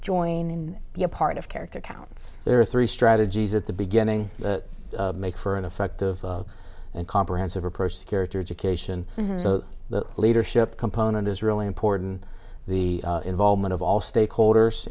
join and be a part of character counts there are three strategies at the beginning that make for an effective and comprehensive approach to character education so that leadership component is really important the involvement of all stakeholders